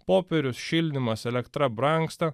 popierius šildymas elektra brangsta